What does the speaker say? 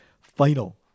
final